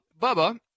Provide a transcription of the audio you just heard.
Bubba